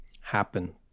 happen